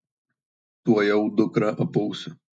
tuojau dukrą apausiu